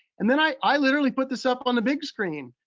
and then i i literally put this up on the big screen.